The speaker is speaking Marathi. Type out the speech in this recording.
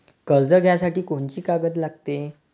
कर्ज घ्यासाठी कोनची कागद लागते?